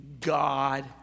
God